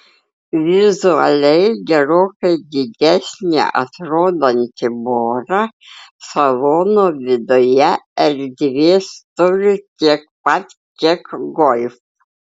vizualiai gerokai didesnė atrodanti bora salono viduje erdvės turi tiek pat kiek golf